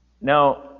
Now